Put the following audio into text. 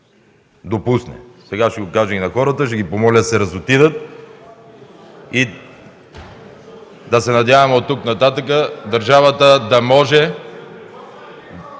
допусне. Сега ще го кажа и на хората, ще ги помоля да се разотидат. Да се надявам оттук нататък държавата да може...